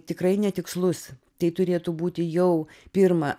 tikrai netikslus tai turėtų būti jau pirma